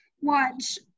watch